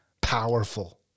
powerful